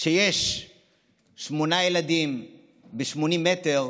שיש בו שמונה ילדים ב-80 מ"ר,